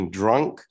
drunk